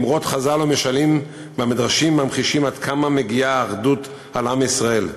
אמרות חז"ל ומשלים מהמדרשים ממחישים עד כמה מגינה האחדות על עם ישראל,